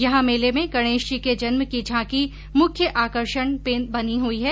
यहां मेले में गणेश जी के जन्म की झांकी मुख्य आकर्षण बनी हुई है